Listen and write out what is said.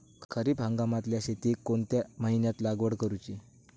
खरीप हंगामातल्या शेतीक कोणत्या महिन्यात लागवड करूची?